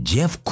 Jeff